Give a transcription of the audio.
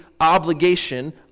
obligation